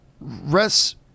rest